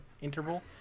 interval